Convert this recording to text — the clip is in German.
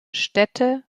städte